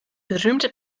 berühmte